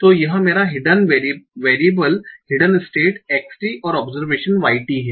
तो यह मेरा hidden variable hidden state X t और ऑब्जर्वेशन Y t है